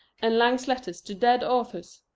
and lang's letters to dead authors?